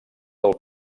del